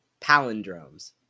palindromes